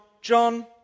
John